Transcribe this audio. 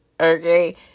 okay